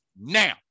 now